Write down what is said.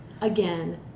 again